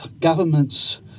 governments